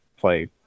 play